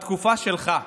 בתקופה שלך,